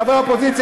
חברי האופוזיציה,